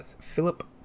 Philip